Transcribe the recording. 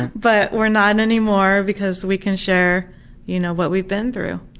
but we're not anymore because we can share you know what we've been through.